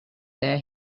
there